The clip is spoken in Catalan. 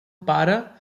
pare